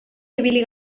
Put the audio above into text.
ibili